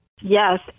Yes